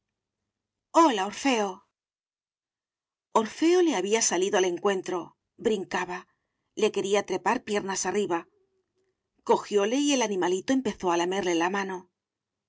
hola orfeo orfeo le había salido al encuentro brincaba le quería trepar piernas arriba cojióle y el animalito empezó a lamerle la mano